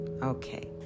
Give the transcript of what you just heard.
Okay